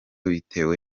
bitewe